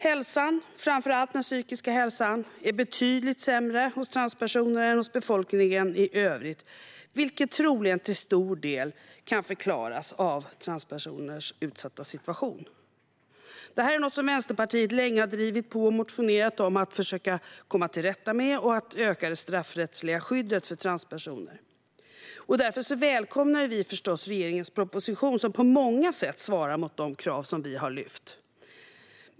Hälsan, framför allt den psykiska hälsan, är betydligt sämre hos transpersoner än hos befolkningen i övrigt, vilket troligen till stor del kan förklaras av transpersoners utsatta situation. Vänsterpartiet har länge drivit på och motionerat om att man ska försöka komma till rätta med detta och öka det straffrättsliga skyddet för transpersoner. Därför välkomnar vi förstås regeringens proposition, som på många sätt svarar mot de krav som vi har lyft.